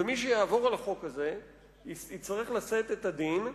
ומי שיעבור על החוק הזה יצטרך לשאת את הדין,